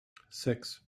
six